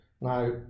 now